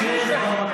בבקשה, שב במקום.